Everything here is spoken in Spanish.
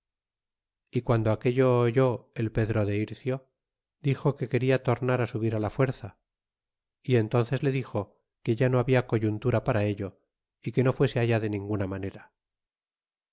a guando aquello oyó el pedro de ircio dixo que quena tornar á subir la fuerza y entónces le dixo que ya no habia coyuntura para ello y que no fuese allá de ninguna manera